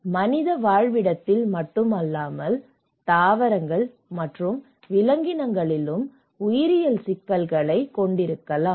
இது மனித வாழ்விடத்தில் மட்டுமல்ல தாவரங்கள் மற்றும் விலங்கினங்களிலும் உயிரியல் சிக்கல்களைக் கொண்டிருக்கலாம்